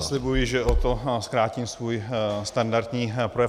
Já slibuji, že o to zkrátím svůj standardní projev.